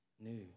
new